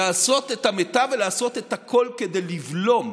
לעשות את המיטב ולעשות את הכול כדי לבלום,